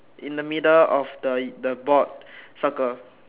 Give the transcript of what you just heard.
in the middle of the the board circle